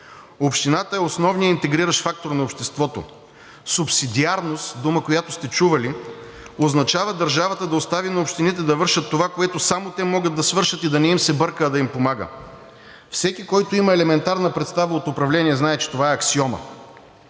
Общината е основният интегриращ фактор на обществото. Субсидиарност – дума, която сте чували, означава държавата да остави на общините да вършат това, което само те могат да свършат, и да не им се бърка, а да им помага. Всеки, който има елементарна представа от управление, знае, че това е аксиома.